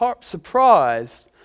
surprised